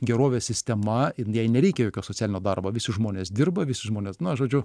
gerovės sistema ir jai nereikia jokio socialinio darbo visi žmonės dirba visi žmonės na žodžiu